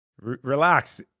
Relax